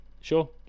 sure